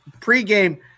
pregame